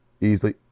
easily